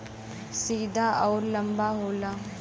सीधा अउर लंबा होला